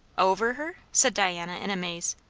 over her? said diana in a maze.